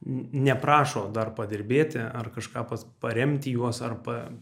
neprašo dar padirbėti ar kažką pas paremti juos ar pa